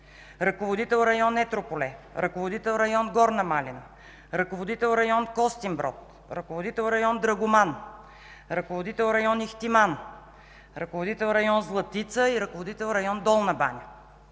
ръководителя на район Етрополе, ръководителя на район Горна Малина, ръководителя на район Костинброд, ръководителя на район Драгоман, ръководителя на район Ихтиман, ръководителя на район Златица и ръководителя на район Долна баня.